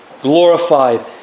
glorified